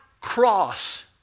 cross